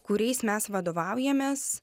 kuriais mes vadovaujamės